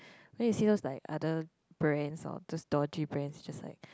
then you see those like other brands or just dodgy brands just like